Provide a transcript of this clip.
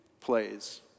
plays